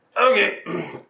Okay